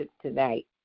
tonight